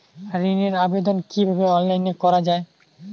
ঋনের আবেদন কিভাবে অনলাইনে করা যায়?